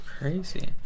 crazy